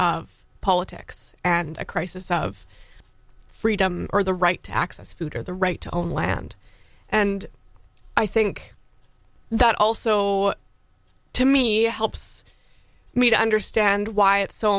of politics and a crisis of freedom or the right to access food or the right to own land and i think that also to me it helps me to understand why it's so